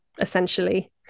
essentially